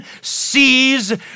sees